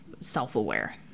self-aware